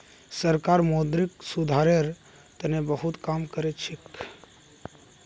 सरकार मौद्रिक सुधारेर तने बहुत काम करिलछेक